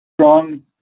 strong